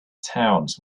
towns